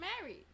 married